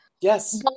Yes